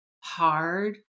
hard